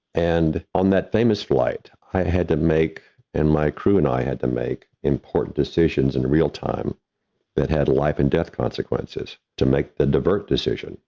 and on that famous flight, i had to make and my crew and i had to make important decisions in real time that had life and death consequences to make the divert decision.